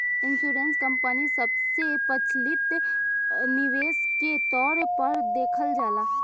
insurance company सबसे प्रचलित निवेश के तौर पर देखल जाला